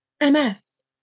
MS